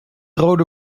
rode